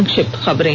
संक्षिप्त खबरें